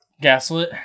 Gaslit